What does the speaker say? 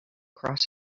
cross